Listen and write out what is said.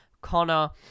Connor